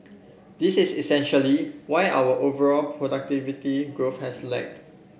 this is essentially why our overall productivity growth has lagged